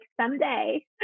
someday